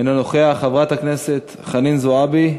אינו נוכח, חברת הכנסת חנין זועבי,